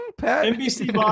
NBC